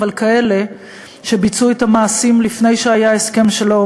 אבל כאלה שביצעו את המעשים לפני שהיה הסכם שלום,